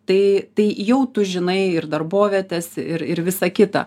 tai tai jau tu žinai ir darbovietes ir ir visa kita